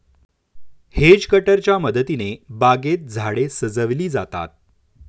hedge कटरच्या मदतीने बागेत झाडे सजविली जातात